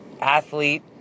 athlete